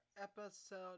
episode